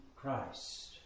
Christ